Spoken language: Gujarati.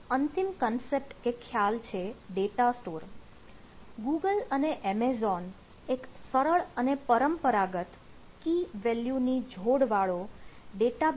એક અંતિમ કન્સેપ્ટ નો SimpleDB છે